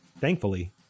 thankfully